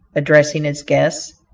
addressing his guests,